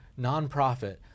nonprofit